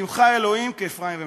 ישִימך אלוהים כאפרים וכמנשה,